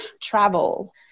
Travel